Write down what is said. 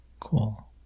Cool